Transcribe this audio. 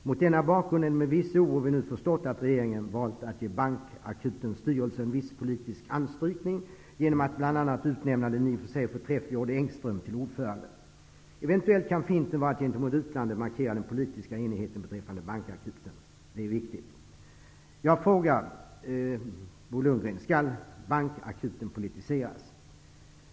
Mot denna bakgrund är det med viss oro vi nu har förstått att regeringen har valt att ge Bankakutens styrelse en viss politisk anstrykning genom att bl.a. utnämna den i och för sig förträfflige Odd Engström till ordförande. Eventuellt kan finten vara att gentemot utlandet markera den politiska enigheten beträffande Bankakuten. Det är viktigt. Jag frågar Bo Lundgren: Skall Bankakuten politiseras?